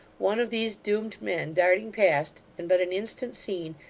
one of these doomed men darting past, and but an instant seen,